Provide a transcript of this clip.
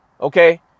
okay